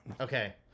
okay